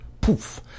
Poof